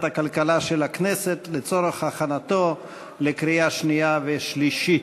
הכלכלה של הכנסת לצורך הכנתה לקריאה שנייה ושלישית.